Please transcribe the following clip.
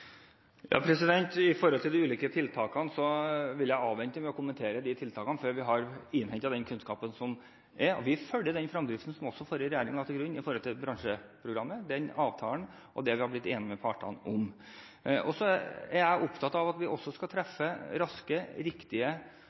de ulike tiltakene, vil jeg avvente med å kommentere dem til vi har innhentet den kunnskapen som er. Vi følger den fremdriften som også den forrige regjeringen la til grunn for bransjeprogrammet – den avtalen og det vi har blitt enige med partene om. Så er jeg opptatt av at vi også skal treffe raske og riktige